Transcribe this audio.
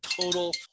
total